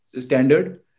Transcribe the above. standard